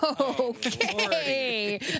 Okay